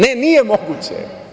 Ne, nije moguće.